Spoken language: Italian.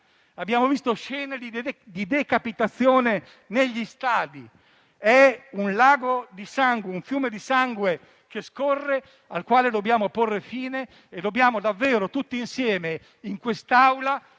Abbiamo visto scene di decapitazione negli stadi: è un fiume di sangue che scorre, al quale dobbiamo porre fine e al quale dobbiamo davvero tutti insieme, in quest'Aula,